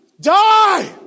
die